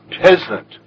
peasant